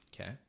Okay